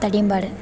Thadiyampad